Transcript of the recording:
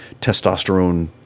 testosterone